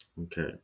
Okay